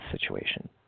situation